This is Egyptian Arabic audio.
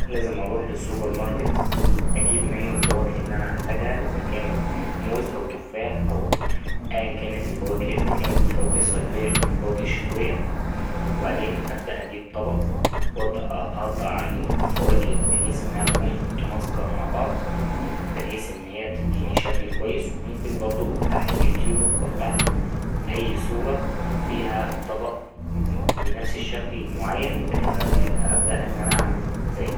لازم أروح للسوبر ماركت أجيب منه الفواكه اللي أنا هحتاجها إذا كانت موز أو تفاح أو أيا كانت الفواكه إذا كانت فواكه صيفية أو فواكه شتوية وبعدين أبدأ اجيب طبق وأبدأ أأقطع الفواكه بحيث إنها تكون متناسقة مع بعض بحيث إنها تديني شكل كويس وممكن بردو أفتح اليوتيوب أو أفتح أي صورة فيها طبق بنفس شكل معين أبدأ إن أنا أعمل زيه.